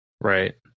Right